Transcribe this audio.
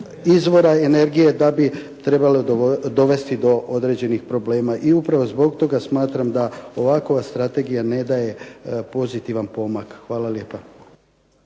izvora energije da bi trebali dovesti do određenih problema. I upravo zbog toga smatram da ovakva strategija ne daje pozitivan pomak. Hvala lijepa.